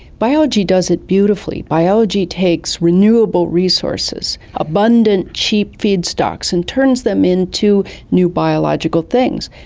biology does it beautifully. biology takes renewable resources, abundant cheap feedstocks and turns them into new biological things.